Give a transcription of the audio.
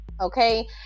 Okay